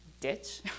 ditch